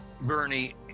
Bernie